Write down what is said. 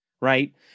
Right